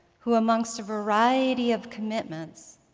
who, amongst a variety of commitments,